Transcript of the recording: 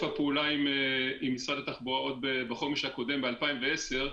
הפעולה עם משרד התחבורה עוד בחומש הקודם ב-2010,